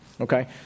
Okay